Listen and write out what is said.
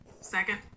Second